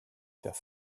faire